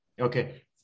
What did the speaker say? Okay